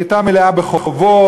היא הייתה מלאה בחובות,